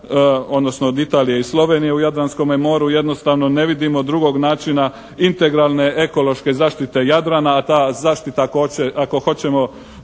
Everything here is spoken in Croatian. odnosno od Italije i Slovenije u Jadranskome moru jednostavno ne vidimo drugog načina integralne ekološke zaštite Jadrana. A ta zaštita ako hoćemo